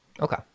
Okay